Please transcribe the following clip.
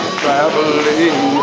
traveling